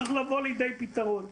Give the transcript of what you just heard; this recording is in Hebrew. צריך לבוא לידי פתרון.